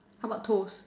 how bout toes